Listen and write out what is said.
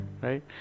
right